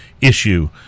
issue